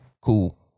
cool